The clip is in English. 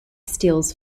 steals